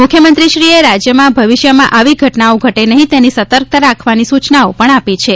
મુખ્યમંત્રીશ્રીએ રાજ્યમાં ભવિષ્યમાં આવી ઘટનાઓ ઘટે નહિ તેની સતર્કતા રાખવાની સૂચનાઓ પણ આપી છે